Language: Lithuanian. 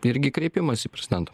irgi kreipimąsi prezidentui